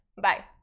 bye